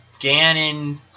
Ganon